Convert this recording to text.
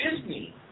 Disney